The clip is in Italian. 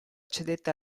cedette